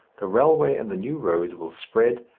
the railway and the new roads will spread,